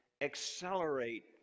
accelerate